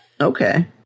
Okay